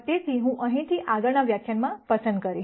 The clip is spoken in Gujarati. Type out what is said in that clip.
તેથી હું અહીંથી આગળના વ્યાખ્યાનમાં પસંદ કરીશ